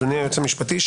אדוני היועץ המשפטי,